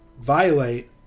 violate